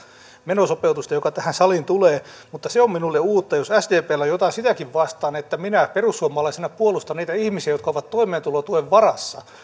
menosopeutusta joka tähän saliin tulee mutta se on minulle uutta jos sdpllä on jotain sitäkin vastaan että minä perussuomalaisena puolustan niitä ihmisiä jotka ovat toimeentulotuen varassa